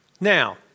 Now